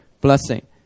blessing